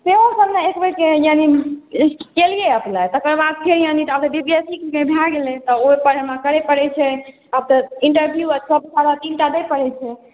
से सभ केलियै अप्लाई तकर बाद फेर फेर बीपीएससीके भए गेलै तऽ ओहिपर हमरा करै पड़ै छै छै अब तऽ इंटर्व्यू पड़ै छै छै